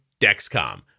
Dexcom